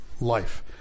life